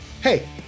hey